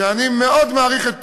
שאני מאוד מעריך את פועלן,